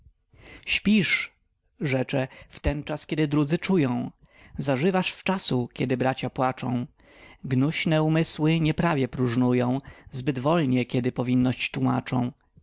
śpisz rzecze wtenczas kiedy drudzy czują zażywasz wczasu kiedy bracia płaczą gnuśne umysły nieprawie próżnują zbyt wolnie kiedy powinność tłumaczą